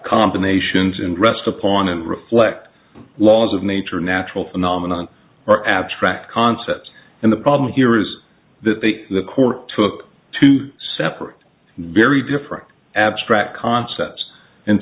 combinations and rests upon and reflect laws of nature a natural phenomenon or abstract concepts and the problem here is that they the court took two separate very different abstract concepts and